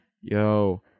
Yo